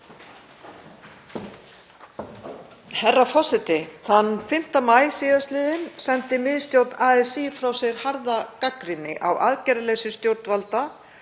Herra forseti. Þann 5. maí síðastliðinn sendi miðstjórn ASÍ frá sér harða gagnrýni á aðgerðaleysi stjórnvalda